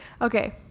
Okay